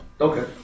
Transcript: Okay